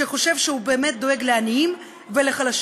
שחושב שהוא באמת דואג לעניים ולחלשים.